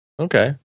Okay